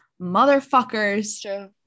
motherfuckers